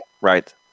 Right